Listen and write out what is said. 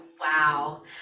Wow